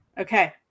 Okay